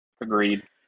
Agreed